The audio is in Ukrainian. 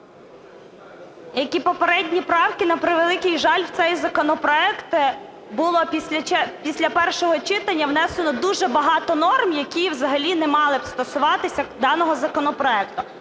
Як і попередні правки, на превеликий жаль, в цей законопроект було після першого читання внесено дуже багато норм, які взагалі не мали б стосуватися даного законопроекту.